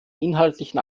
inhaltlichen